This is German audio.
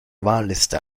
wahlliste